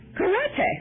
karate